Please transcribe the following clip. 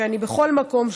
שבכל מקום,